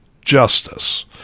justice